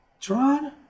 Tron